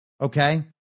okay